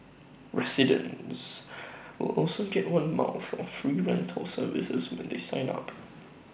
residents will also get one month of free rental service when they sign up